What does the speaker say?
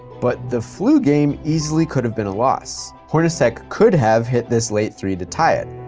but the flu game easily could've been a loss. hornacek could have hit this late three to tie it.